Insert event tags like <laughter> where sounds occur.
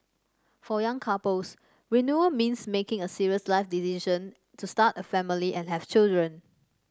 for young couples <unintelligible> means making a serious life decision to start a family and have children